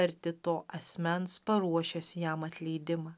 arti to asmens paruošęs jam atleidimą